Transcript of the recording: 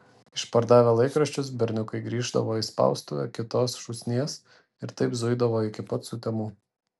išpardavę laikraščius berniukai grįždavo į spaustuvę kitos šūsnies ir taip zuidavo iki pat sutemų